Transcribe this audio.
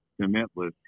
cementless